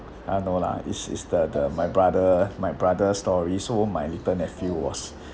ah no lah it's is the the my brother my brother story so my little nephew was